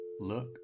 look